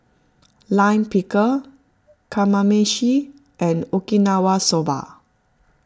Lime Pickle Kamameshi and Okinawa Soba